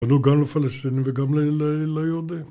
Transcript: אנו גם לפלסטינים וגם ליהודים.